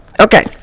Okay